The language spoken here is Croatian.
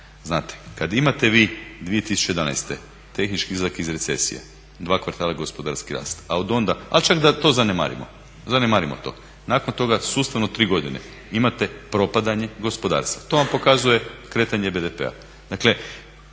Znate, kad imate vi 2011. tehnički izlazak iz recesije, dva kvartala je gospodarski rast, a od onda, ali čak da to zanemarimo, zanemarimo to. Nakon toga sustavno tri godine imate propadanje gospodarstva. To vam pokazuje kretanje BDP-a.